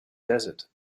desert